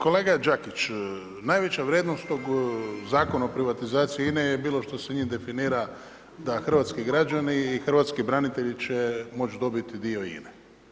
Kolega Đakić, najveća vrijednost tog Zakona o privatizaciji INA-e je bilo što se njim definira da hrvatski građani i hrvatski branitelji će moći dobiti dio INA-e.